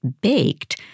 baked